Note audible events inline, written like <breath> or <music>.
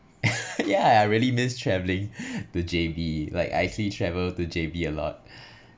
<laughs> yeah I really miss travelling <breath> to J_B like I actually travel to J_B a lot <breath>